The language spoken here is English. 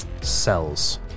cells